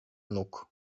nóg